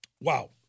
Wow